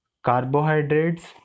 Carbohydrates